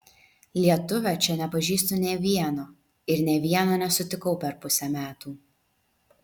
lietuvio čia nepažįstu nė vieno ir nė vieno nesutikau per pusę metų